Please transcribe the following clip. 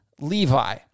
Levi